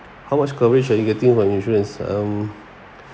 how much coverage are you getting from insurance um